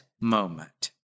moment